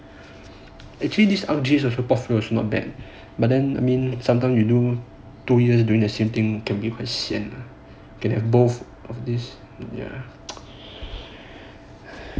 actually this map [one] on the portfolio also not bad but then I mean sometimes you do two years doing the same thing can be quite sian